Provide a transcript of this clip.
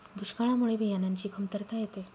दुष्काळामुळे बियाणांची कमतरता येते